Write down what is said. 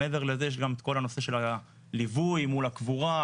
מעבר לזה יש גם את הנושא של הלווי מול הקבורה,